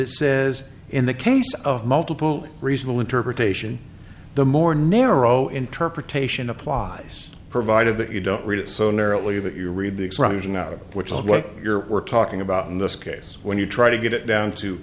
it says in the case of multiple reasonable interpretation the more narrow interpretation applies provided that you don't read it so narrowly that you read the expression out of which is what your were talking about in this case when you try to get it down to